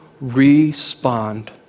respond